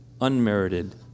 unmerited